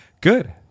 Good